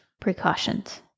precautions